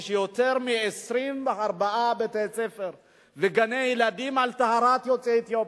יש יותר מ-24 בתי-ספר וגני-ילדים על טהרת יוצאי אתיופיה.